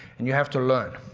and you have to learn.